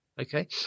okay